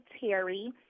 Terry